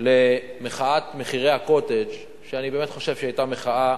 למחאת מחירי ה"קוטג'", שאני באמת חושב שהיתה מחאה